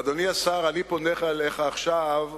ואני פונה אליך עכשיו,